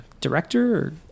director